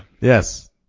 Yes